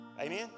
Amen